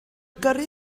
gyrru